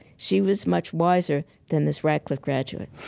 she was much wiser than this radcliffe graduate